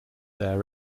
there